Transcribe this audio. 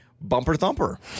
bumper-thumper